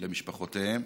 למשפחותיהם,